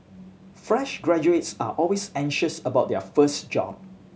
fresh graduates are always anxious about their first job